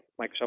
Microsoft